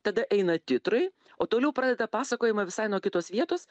tada eina titrai o toliau pradeda pasakojimą visai nuo kitos vietos